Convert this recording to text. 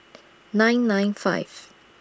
nine nine five